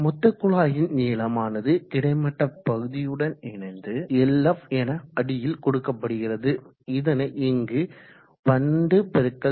மொத்த குழாயின் நீளமானது கிடைமட்ட பகுதியுடன் Lf என அடியில் கொடுக்கப்படுகிறது இதனை இங்கு 12×25